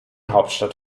hauptstadt